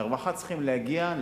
לרווחה צריך להגיע,